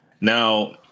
Now